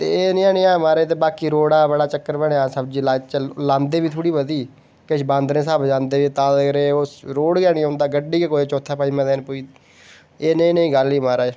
ते एह् नेहा नेहा ऐ महाराज ते बाकी रोडै दा बड़ा चक्कर बने दा ऐ सब्जी लाचै लांदे बी थोह्ड़ी बोह्ती ते किश बांदरे कशा बचांदे तां के रोड गै नेईं औंदा गड्डी बी कोई चौथे पंजमे दिन पुजदी एह् नेही नेही गल्ल ही महाराज